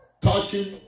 touching